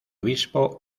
obispo